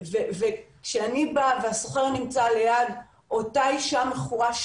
כשאני באה והסוחר נמצא ליד אותה אישה מכורה,